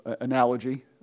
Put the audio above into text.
analogy